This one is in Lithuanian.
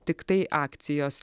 tiktai akcijos